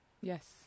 Yes